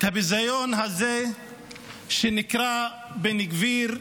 את הביזיון הזה שנקרא "בן גביר"